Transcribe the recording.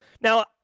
now